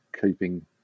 keeping